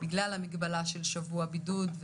בגלל המגבלה של שבוע בידוד,